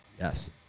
Yes